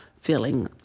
feeling